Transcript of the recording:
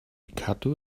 cadw